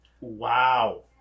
Wow